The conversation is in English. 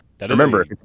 Remember